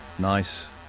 Nice